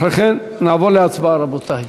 אחרי כן נעבור להצבעה, רבותי.